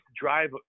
drive